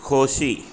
खोशी